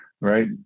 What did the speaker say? right